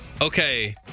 okay